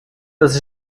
dass